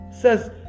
says